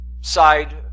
side